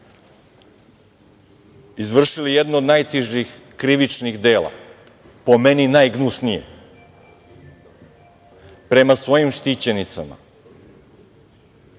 izvršili jedno od najtežih krivičnih dela, po meni najgnusnije, prema svojim štićenicama,